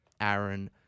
Aaron